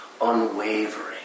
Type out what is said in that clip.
unwavering